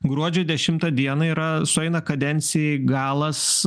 gruodžio dešimtą dieną yra sueina kadencijai galas